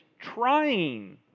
trying